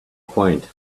quaint